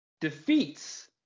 defeats